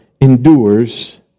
endures